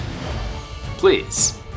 Please